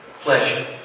Pleasure